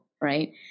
Right